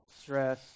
stress